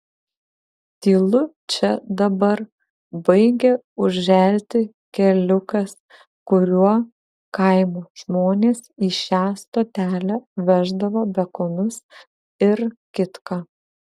tylu čia dabar baigia užželti keliukas kuriuo kaimo žmonės į šią stotelę veždavo bekonus ir kitką